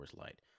Light